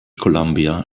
columbia